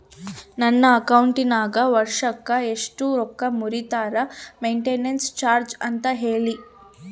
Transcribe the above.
ನನ್ನ ಅಕೌಂಟಿನಾಗ ವರ್ಷಕ್ಕ ಎಷ್ಟು ರೊಕ್ಕ ಮುರಿತಾರ ಮೆಂಟೇನೆನ್ಸ್ ಚಾರ್ಜ್ ಅಂತ ಹೇಳಿ?